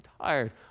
tired